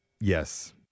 Yes